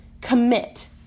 Commit